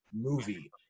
movie